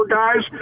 guys